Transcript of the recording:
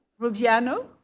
Rubiano